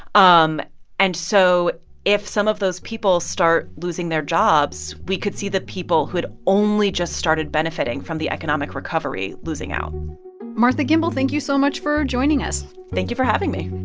um and so if some of those people start losing their jobs, we could see the people who had only just started benefiting from the economic recovery losing out martha gimbel, thank you so much for joining us thank you for having me